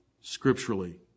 scripturally